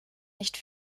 nicht